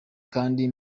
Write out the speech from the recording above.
kandi